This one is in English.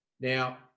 Now